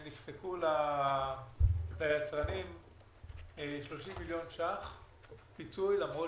נפסקו ליצרנים 30 מיליון ש"ח פיצוי, למרות